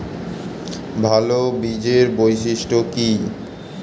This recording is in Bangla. ভাল বীজের বৈশিষ্ট্য কী?